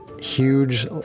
huge